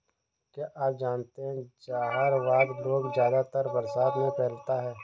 क्या आप जानते है जहरवाद रोग ज्यादातर बरसात में फैलता है?